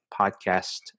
podcast